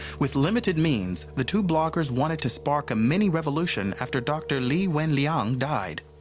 with limited means, the two bloggers wanted to spark a mini revolution after dr. li wenliang died.